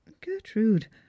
Gertrude